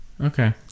Okay